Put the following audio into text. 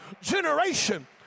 generation